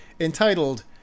entitled